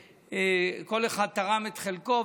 וכל אחד תרם את חלקו.